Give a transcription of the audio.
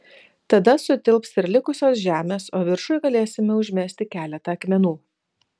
tada sutilps ir likusios žemės o viršuj galėsime užmesti keletą akmenų